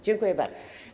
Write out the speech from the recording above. Dziękuję bardzo.